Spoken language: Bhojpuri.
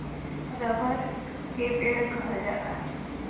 रबड़ के पेड़ कहल जाला